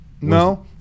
No